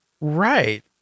right